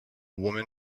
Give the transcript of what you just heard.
woman